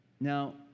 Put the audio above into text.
Now